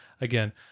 Again